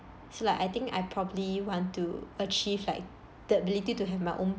so like I think I probably want to achieve like the ability to have my own